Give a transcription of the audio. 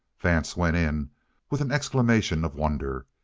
vance went in with an exclamation of wonder.